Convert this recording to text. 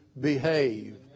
behave